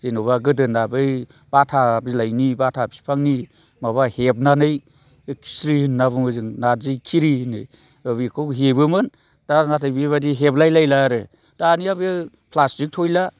जेन'बा गोदोना बै बाथा बिलाइनि बाथा बिफांनि माबा हेबनानै खिस्रि होनना बुङो जों नारजि खिरि होनो बेखौ हेबोमोन दा नाथाय बेबायदि हेबलायलायला आरो दानिया बे प्लास्टिक थयला